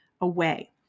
away